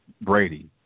Brady